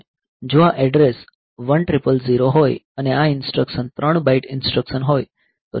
જો આ એડ્રેસ 1000 હોય અને આ ઇન્સટ્રકશન 3 બાઈટ ઇન્સટ્રકશન હોય તો નેક્સ્ટ લોકેશન 1003 છે